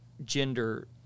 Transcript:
gender